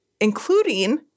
including